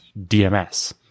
DMS